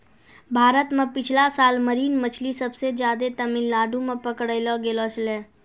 भारत मॅ पिछला साल मरीन मछली सबसे ज्यादे तमिलनाडू मॅ पकड़लो गेलो छेलै